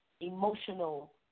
emotional